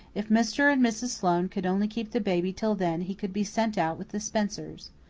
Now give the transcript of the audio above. if mr. and mrs. sloane could only keep the baby till then he could be sent out with the spencers.